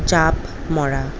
জাঁপ মৰা